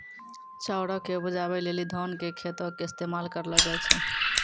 चाउरो के उपजाबै लेली धान के खेतो के इस्तेमाल करलो जाय छै